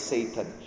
Satan